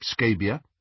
Scabia